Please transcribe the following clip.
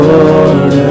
Lord